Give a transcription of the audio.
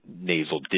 nasal